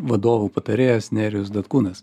vadovų patarėjas nerijus datkūnas